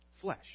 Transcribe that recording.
flesh